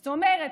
זאת אומרת,